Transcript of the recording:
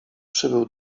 przybył